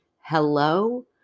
hello